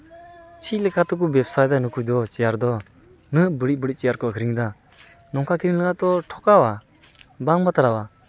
ᱪᱮᱫᱞᱮᱠᱟᱛᱮᱠᱚ ᱵᱮᱵᱥᱟᱭᱫᱟ ᱱᱩᱠᱩ ᱫᱚ ᱪᱮᱭᱟᱨ ᱫᱚ ᱱᱩᱱᱟᱹᱜ ᱵᱟᱹᱲᱤᱡ ᱵᱟᱹᱲᱤᱡ ᱪᱮᱭᱟᱨ ᱠᱚ ᱟᱹᱠᱷᱨᱤᱧᱮᱫᱟ ᱱᱚᱝᱠᱟ ᱟᱹᱠᱷᱨᱤᱧ ᱞᱮᱠᱷᱟᱡ ᱛᱚ ᱴᱷᱚᱠᱟᱣᱟ ᱵᱟᱝ ᱵᱟᱛᱨᱟᱣᱟ